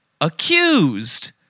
accused